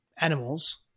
animals